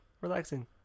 relaxing